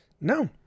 No